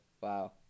Wow